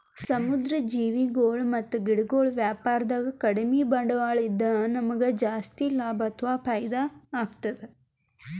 ಸಮುದ್ರ್ ಜೀವಿಗೊಳ್ ಮತ್ತ್ ಗಿಡಗೊಳ್ ವ್ಯಾಪಾರದಾಗ ಕಡಿಮ್ ಬಂಡ್ವಾಳ ಇದ್ದ್ ನಮ್ಗ್ ಜಾಸ್ತಿ ಲಾಭ ಅಥವಾ ಫೈದಾ ಆಗ್ತದ್